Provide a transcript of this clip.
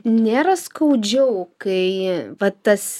nėra skaudžiau kai vat tas